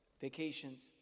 vacations